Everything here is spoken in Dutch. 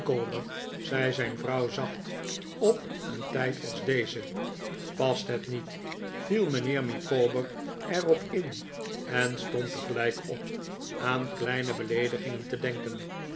zei zijn vrouw zacht op een tijd als deze past het niet viel mijnheer micawber er op in en stond tegelijk op aan kleine beleedigingen te denken